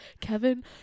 Kevin